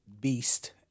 Beast